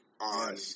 on